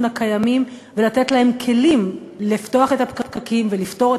הקיימים ולתת להם כלים לפתוח את הפקקים ולפתור את